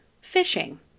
fishing